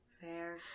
Fair